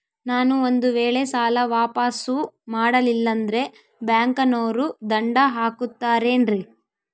ನಾನು ಒಂದು ವೇಳೆ ಸಾಲ ವಾಪಾಸ್ಸು ಮಾಡಲಿಲ್ಲಂದ್ರೆ ಬ್ಯಾಂಕನೋರು ದಂಡ ಹಾಕತ್ತಾರೇನ್ರಿ?